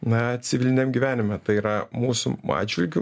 na civiliniam gyvenime tai yra mūsų atžvilgiu